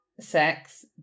sex